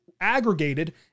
aggregated